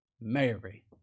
Mary